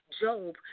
Job